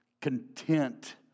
content